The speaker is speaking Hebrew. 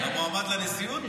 המועמד לנשיאות?